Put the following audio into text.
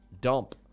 dump